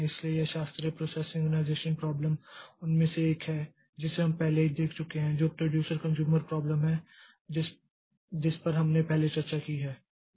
इसलिए यह शास्त्रीय प्रोसेस सिंक्रनाइज़ेशन प्राब्लम उनमें से एक है जिसे हम पहले ही देख चुके हैं जो प्रोड्यूसर कन्ज़्यूमर प्राब्लम है जिस पर हमने पहले चर्चा की है